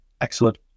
Excellent